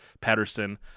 Patterson